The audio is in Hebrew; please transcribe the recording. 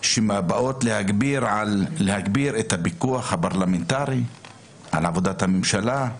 שבאות להגביר את הפיקוח הפרלמנטרי על עבודת הממשלה.